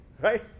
Right